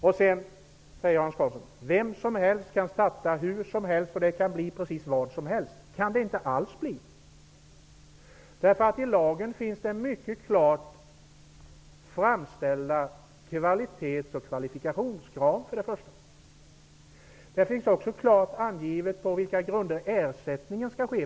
Hans Karlsson säger att vem som helst kan starta vad som helst och att det kan bli hur som helst. Det kan det inte alls bli. Därför att för det första finns det i lagen mycket klart framställda kvalitets och kvalifikationskrav. För det andra står där också klart angivet på vilka grunder ersättningen skall ske.